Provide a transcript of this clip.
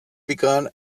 begun